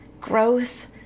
growth